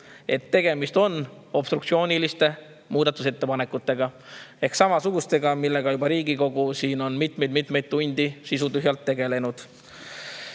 et tegemist on obstruktsiooniliste muudatusettepanekutega ehk samasugustega, millega Riigikogu siin juba mitmeid-mitmeid tunde on sisutühjalt tegelenud.